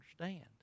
understand